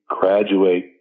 graduate